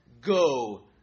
go